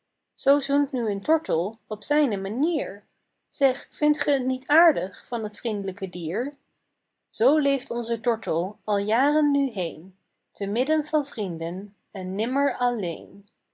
zoo zoent nu een tortel op zijne manier zeg vindt ge t niet aardig van t vriend'lijke dier zoo leeft onze tortel al jaren nu heen te midden van vrienden en nimmer alleen